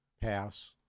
pass